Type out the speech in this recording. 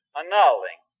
annulling